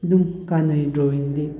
ꯑꯗꯨꯝ ꯀꯥꯅꯅꯩ ꯗ꯭ꯔꯣꯋꯤꯡꯗꯤ